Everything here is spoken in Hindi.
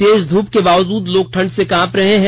तेज धूप के बावजूद लोग ठंड से कांप रहे हैं